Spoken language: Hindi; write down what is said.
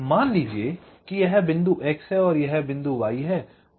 मान लीजिये कि यह बिंदु x है और यह बिंदु y है